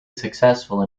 successful